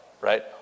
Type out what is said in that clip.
right